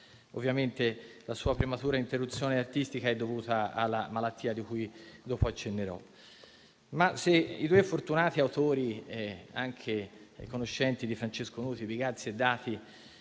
Ovviamente la sua prematura interruzione artistica è dovuta alla malattia cui dopo accennerò. Ma, se i due fortunati autori e anche conoscenti di Francesco Nuti, Bigazzi e Dati,